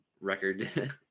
record